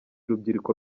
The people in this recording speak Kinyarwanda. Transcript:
urubyiruko